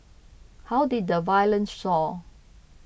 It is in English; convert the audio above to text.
how did the violence soar